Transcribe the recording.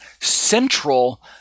central